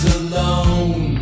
alone